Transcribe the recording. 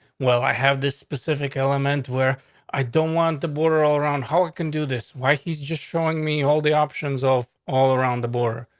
well, i have this specific element where i don't want the border all around. how it could do this, why he's just showing me all the options off all around the board.